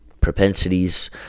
propensities